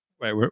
wait